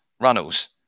Runnels